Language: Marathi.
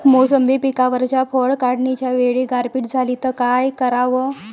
मोसंबी पिकावरच्या फळं काढनीच्या वेळी गारपीट झाली त काय कराव?